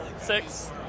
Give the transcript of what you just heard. Six